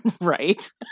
Right